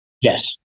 yes